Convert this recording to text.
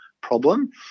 problem